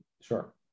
Sure